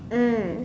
mm